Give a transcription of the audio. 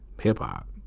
hip-hop